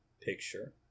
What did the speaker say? picture